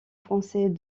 français